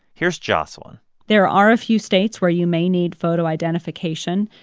here's jocelyn there are a few states where you may need photo identification.